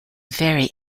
very